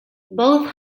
both